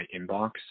inbox